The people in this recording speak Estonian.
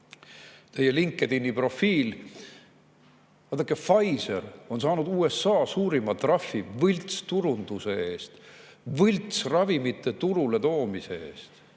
teie LinkedIni profiil. Vaadake, Pfizer on saanud USA suurima trahvi võltsturunduse eest, võltsravimite turule toomise eest.